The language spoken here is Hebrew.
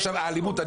לגבי האלימות,